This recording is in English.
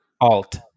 Alt